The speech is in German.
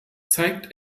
zeigt